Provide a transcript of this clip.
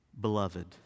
beloved